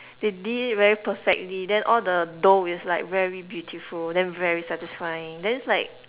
they did it very perfectly then all the dough is like very beautiful then very satisfying then it's like